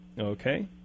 Okay